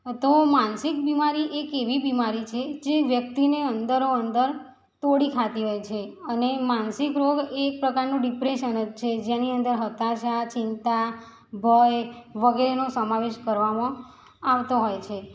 તો માનસિક બીમારી એક એવી બીમારી છે જે વ્યક્તિને અંદરોઅંદર તોડી ખાતી હોય છે અને માનસિક રોગ એ એક પ્રકારનું ડિપ્રેશન જ છે જેની અંદર હતાશા ચિંતા ભય વગેરેનો સમાવેશ કરવામાં આવતો હોય છે